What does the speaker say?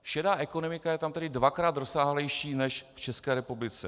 Šedá ekonomika je tam tedy dvakrát rozsáhlejší než v České republice.